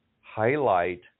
highlight